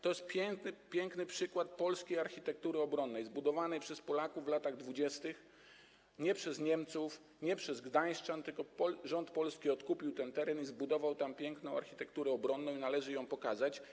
To jest piękny przykład polskiej architektury obronnej zbudowanej przez Polaków w latach 20. nie przez Niemców, nie przez gdańszczan, tylko to rząd Polski odkupił ten teren i zbudował tam piękną architekturę obronną, i należy ją pokazać.